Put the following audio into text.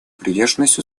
приверженность